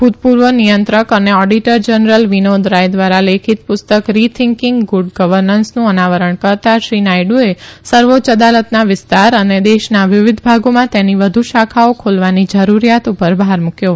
ભુતપુર્વ નિયંત્રક અને ઓડીટર જનરલ વિનોદ રાય દ્વારા લેખિત પુસ્તક રીથીન્કીંગ ગુડ ગવર્નન્સનું અનાવરણ કરતા શ્રી નાયડુએ સર્વોચ્ય અદાલતના વિસ્તાર અને દેશના વિવિધ ભાગોમાં તેની વધુ શાખાઓ ખોલવાની જરૂરીયાત પર ભાર મુકથો